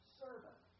servant